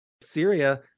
Syria